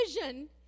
vision